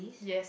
yes